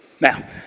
Now